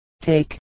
take